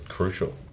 Crucial